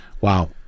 Wow